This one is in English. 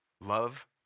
love